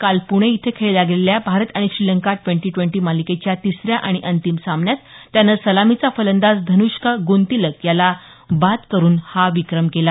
काल पुणे इथं खेळल्या गेलेल्या भारत आणि श्रीलंका द्वेंटी द्वेंटी मालिकेच्या तिसऱ्या आणि अंतिम सामन्यात त्यानं सलामीचा फलंदाज ध्न्ष्क गुनतिलक याला बाद करून हा विक्रम केला